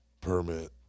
permit